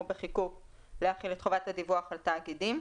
בחיקוק להחיל את חובת הדיווח על תאגידים.